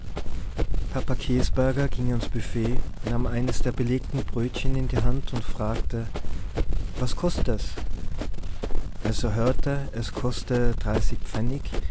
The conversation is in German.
ging ans büfett nahm eines der belegten brötchen in die hand und fragte was kost des als er hörte es koste